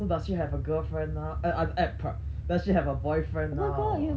so does she have a girlfriend now eh ah eh pr~ does she have a boyfriend now